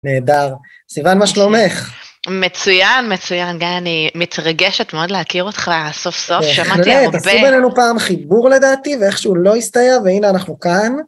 נהדר, סיוון מה שלומך? מצוין, מצוין גיא, אני מתרגשת מאוד להכיר אותך סוף סוף, שמעתי הרבה. תעשו בינינו פעם חיבור לדעתי ואיכשהו לא יסתיים, והנה אנחנו כאן.